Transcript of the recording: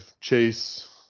Chase